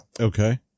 Okay